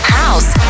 house